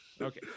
Okay